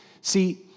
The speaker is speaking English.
See